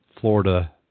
Florida